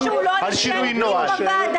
זאת אומרת משהו כאן לא ברור.